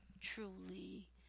truly